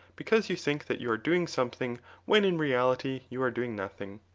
because you think that you are doing something when in reality you are doing nothing.